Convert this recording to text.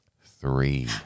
Three